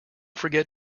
forget